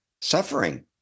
suffering